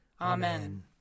Amen